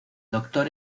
doctor